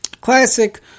Classic